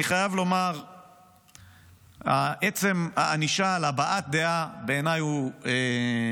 אני חייב לומר שעצם הענישה על הבעת דעה בעיניי היא מגונה,